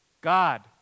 God